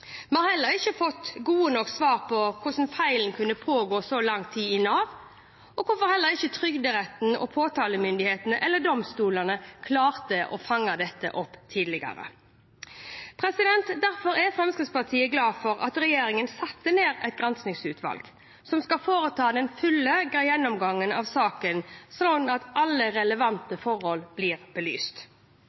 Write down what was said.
Vi har heller ikke fått gode nok svar på hvordan man kunne praktisere feil i så lang tid i Nav, og hvorfor heller ikke Trygderetten, påtalemyndighetene eller domstolene klarte å fange opp dette tidligere. Derfor er Fremskrittspartiet glad for at regjeringen satte ned et granskningsutvalg som skal foreta en full gjennomgang av saken, slik at alle relevante forhold blir belyst.